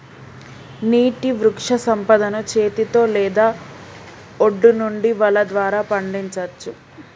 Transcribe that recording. నీటి వృక్షసంపదను చేతితో లేదా ఒడ్డు నుండి వల ద్వారా పండించచ్చు